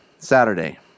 Saturday